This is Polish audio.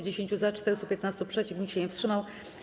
10 - za, 415 - przeciw, nikt się nie wstrzymał.